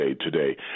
today